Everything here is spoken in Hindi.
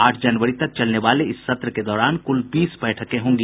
आठ जनवरी तक चलने वाले इस सत्र के दौरान क्ल बीस बैठकें होंगी